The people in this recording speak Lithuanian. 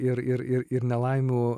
ir ir ir nelaimių